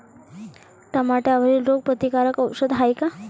टमाट्यावरील रोग प्रतीकारक औषध हाये का?